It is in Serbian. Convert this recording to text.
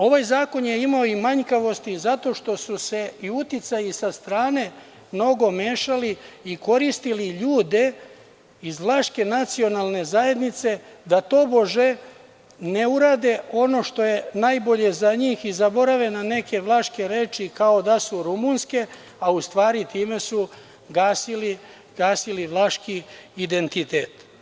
Ovaj zakon je imao i manjkavosti zato što su se i uticaji sa strane mnogo mešali i koristili ljude iz vlaške nacionalne zajednice da tobože ne urade ono što je najbolje za njih i zaborave na neke vlaške reči, kao da su rumunske, a u stvari time su gasili vlaški identitet.